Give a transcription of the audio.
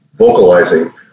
vocalizing